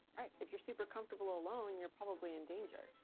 right? if you're super comfortable alone, you're probably in danger.